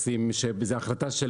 שבו לשים סולארי על הגג היא ההחלטה של